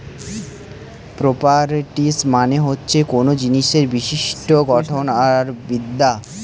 properties মানে হতিছে কোনো জিনিসের বিশিষ্ট গঠন আর বিদ্যা